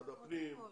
משרד הפנים,